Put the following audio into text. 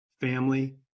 family